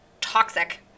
Toxic